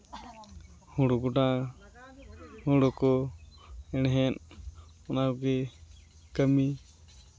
ᱦᱳᱲᱳ ᱜᱚᱰᱟ ᱦᱳᱲᱳ ᱠᱚ ᱦᱮᱲᱦᱮᱫ ᱚᱱᱟ ᱠᱚᱜᱮ ᱠᱟᱹᱢᱤ